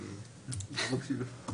כי היא לא מקשיבה.